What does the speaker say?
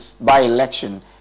by-election